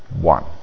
one